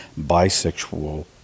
bisexual